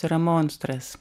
yra monstras